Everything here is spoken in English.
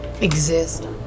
Exist